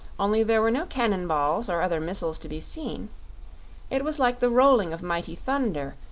only there were no cannon-balls or other missiles to be seen it was like the rolling of mighty thunder,